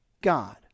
God